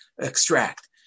extract